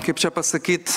kaip čia pasakyti